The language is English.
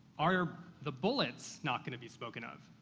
are the bullets not gonna be spoken of?